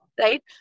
right